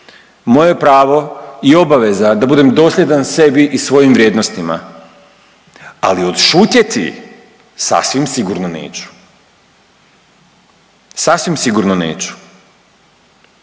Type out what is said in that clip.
moje pravo i obaveza je da budem dosljedan sebi i svojim vrijednostima, ali odšutjeti sasvim sigurno neću, sasvim sigurno neću